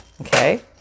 Okay